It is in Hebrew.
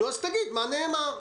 אז תגיד מה נאמר.